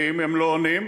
ואם הם לא יוצאים,